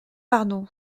pardon